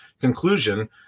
conclusion